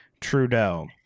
Trudeau